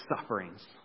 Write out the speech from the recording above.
sufferings